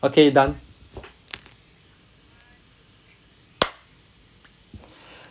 okay done